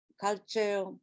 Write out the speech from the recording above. culture